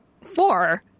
four